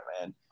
man